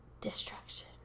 destruction